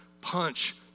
punch